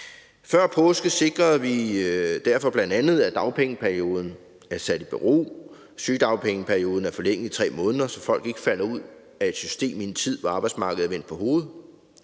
Før påske sikrede vi derfor bl.a., at dagpengeperioden blev sat i bero og sygedagpengeperioden forlænget 3 måneder, så folk ikke falder ud af et system i en tid, hvor arbejdsmarkedet er vendt på hovedet.